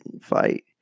fight